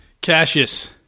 Cassius